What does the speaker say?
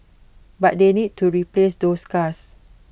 but they need to replace those cars